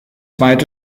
beide